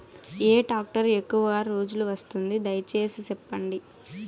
ఏ tractor ఎక్కువగా రోజులు వస్తుంది, దయసేసి చెప్పండి?